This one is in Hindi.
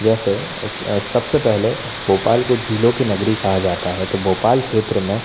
जैसे सबसे पहले भोपाल को झीलों की नगरी कहा जाता है तो भोपाल क्षेत्र में